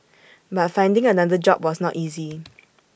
but finding another job was not easy